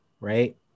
Right